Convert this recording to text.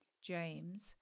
James